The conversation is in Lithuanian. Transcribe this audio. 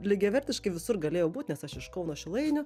lygiavertiškai visur galėjau būt nes aš iš kauno šilainių